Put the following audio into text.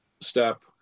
step